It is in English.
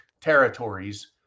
territories